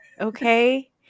Okay